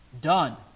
done